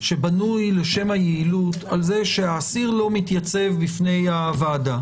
שבנוי לשם היעילות על זה שהאסיר לא מתייצב בפני הוועדה,